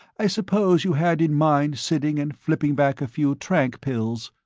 i suppose you had in mind sitting and flipping back a few trank pills.